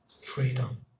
freedom